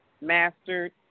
mastered